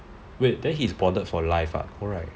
wait then he's bonded for life ah no right